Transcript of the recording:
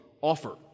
offer